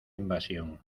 invasión